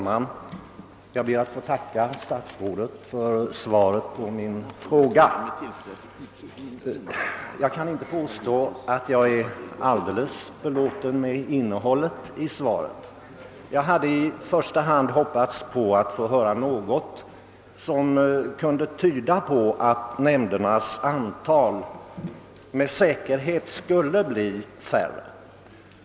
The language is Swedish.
Herr talman! Jag tackar statsrådet för svaret på min fråga men kan inte påstå att jag är helt belåten med detsamma. Jag hade nämligen i första hand hoppats få höra något som kunde tyda på att antalet nämnder skulle bli färre.